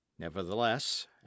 Nevertheless